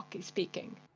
speaking